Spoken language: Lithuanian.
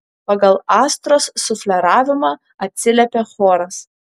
pagal astros sufleravimą atsiliepia choras